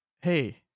hey